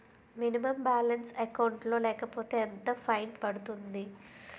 Minimum balance account లో లేకపోతే ఎంత ఫైన్ పడుతుంది?